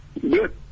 Good